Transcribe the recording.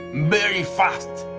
very fast.